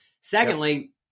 Secondly